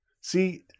See